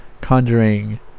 conjuring